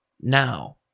Now